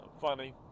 funny